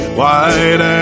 white